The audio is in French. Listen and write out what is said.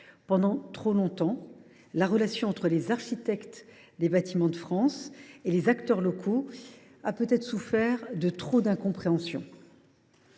Pendant trop longtemps, la relation entre les architectes des Bâtiments de France et les acteurs locaux a souffert de trop d’incompréhensions.